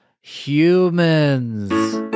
Humans